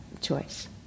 choice